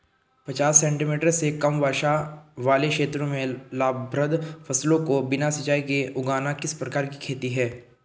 पचास सेंटीमीटर से कम वर्षा वाले क्षेत्रों में लाभप्रद फसलों को बिना सिंचाई के उगाना किस प्रकार की खेती है?